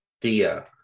Dia